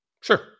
Sure